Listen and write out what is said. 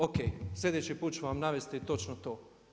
O.k. sljedeći put ću vam navesti točno to.